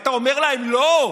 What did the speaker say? אתה אומר להם: לא,